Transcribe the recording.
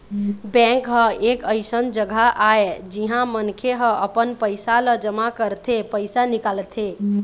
bank ह एक अइसन जघा आय जिहाँ मनखे ह अपन पइसा ल जमा करथे, पइसा निकालथे